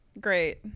Great